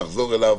נחזור אליו